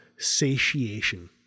satiation